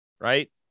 right